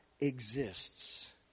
exists